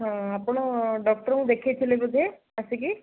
ହଁ ଆପଣ ଡକ୍ଟର୍ଙ୍କୁ ଦେଖେଇଥିଲେ ବୋଧେ ଆସିକି